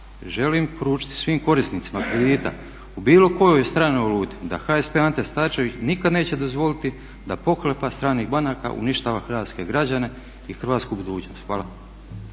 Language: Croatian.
Želim poručiti svim korisnicima kreditima u bilo kojoj stranoj valuti da HSP Ante Starčević nikad neće dozvoliti da pohlepa stranih banaka uništava hrvatske građane i hrvatsku budućnost. Hvala.